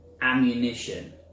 ammunition